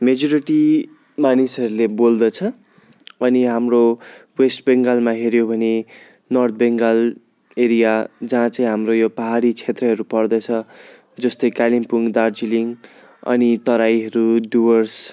majority मानिसहरूले बोल्दछ हनि हाम्रो वेस्ट बङ्गालमा हेऱ्यौँ भने नर्थ बङ्गाल एरिया जहाँ चाहिँ हाम्रो यो पहाडी क्षेत्रहरू पर्दछ जस्तै कालिम्पोङ दार्जिलिङ अनि तराईहरू डुवर्स